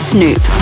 Snoop